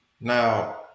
Now